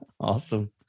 awesome